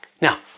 Now